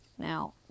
Now